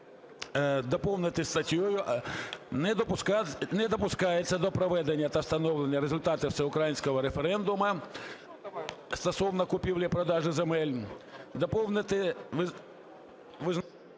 доповнити статтею: "Не допускається до проведення та встановлення результатів всеукраїнського референдуму стосовно купівлі-продажу земель", доповнити...